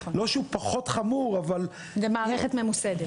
לא שהוא פחות חמור, אבל --- זאת מערכת ממוסדת.